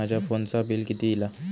माझ्या फोनचा बिल किती इला?